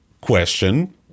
question